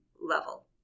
level